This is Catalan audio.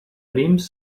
prims